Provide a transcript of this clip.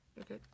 Okay